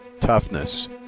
toughness